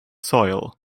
soil